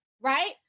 right